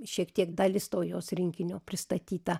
šiek tiek dalis to jos rinkinio pristatyta